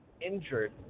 injured